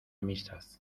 amistad